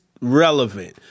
relevant